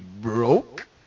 broke